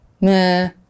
meh